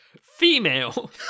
female